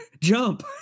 jump